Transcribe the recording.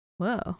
whoa